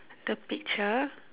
the picture